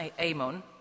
Amon